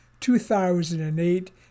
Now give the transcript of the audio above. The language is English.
2008